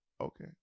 okay